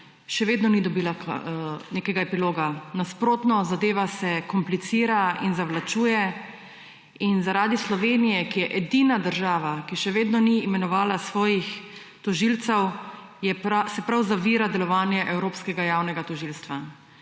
še vedno ni dobila nekega epiloga. Nasprotno, zadeva se komplicira in zavlačuje. Zaradi Slovenije, ki je edina država, ki še vedno ni imenovala svojih tožilcev, se zavira delovanje Evropskega javnega tožilstva,